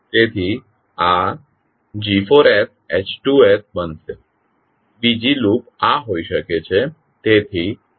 તેથી આ G4sH2s બનશે બીજી લૂપ આ હોઈ શકે છે